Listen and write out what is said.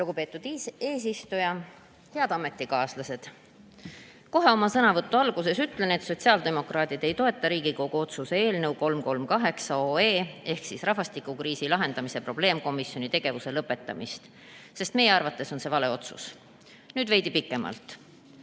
rahvastikukriisi lahendamise probleemkomisjoni tegevuse lõpetamist, sest meie arvates on see vale otsus. Nüüd veidi pikemalt.